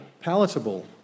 palatable